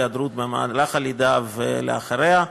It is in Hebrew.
היעדרות במהלך הלידה ואחריה.